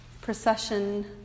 procession